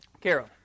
Carol